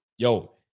Yo